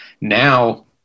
now